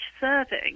serving